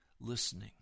listening